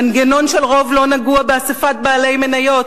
מנגנון של רוב לא נגוע באספת בעלי מניות.